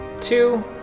Two